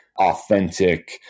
authentic